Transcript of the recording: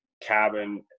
cabin